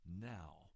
now